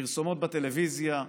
פרסומות בטלוויזיה,